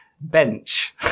bench